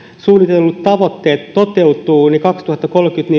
suunnitellut tavoitteet toteutuvat niin kaksituhattakolmekymmentä